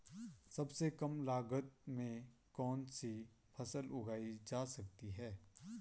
सबसे कम लागत में कौन सी फसल उगाई जा सकती है